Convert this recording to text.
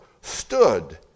stood